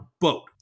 boat